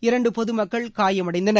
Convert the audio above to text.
இரண்டு பொது மக்கள் காமயடைந்தனர்